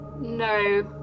No